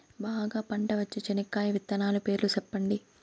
బాగా పంట వచ్చే చెనక్కాయ విత్తనాలు పేర్లు సెప్పండి?